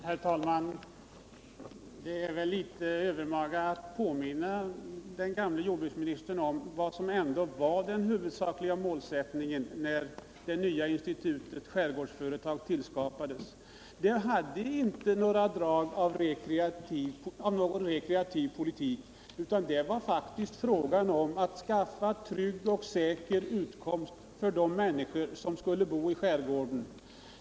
Herr talman! Det är kanske litet övermaga att påminna den förre jordbruksministern om vad som ändå var den huvudsakliga målsättningen när det nya institutet skärgårdsföretag tillskapades. Dess huvuddrag var inte den rekreativa politiken utan det var faktiskt fråga om att skaffa trygg och säker utkomst för de människor som bor i skärgården.